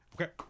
Okay